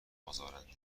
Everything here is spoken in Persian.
ازارنده